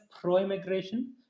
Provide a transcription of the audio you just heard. pro-immigration